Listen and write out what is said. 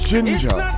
Ginger